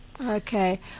Okay